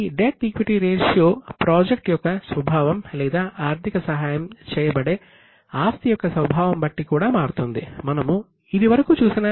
ఈ debt equity ratio గా ఎంత ఇస్తుంది